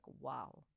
wow